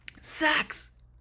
sex